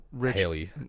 Haley